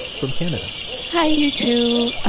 from canada hi you two. ah